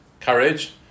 courage